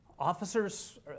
Officers